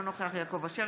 אינו נוכח יעקב אשר,